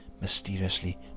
mysteriously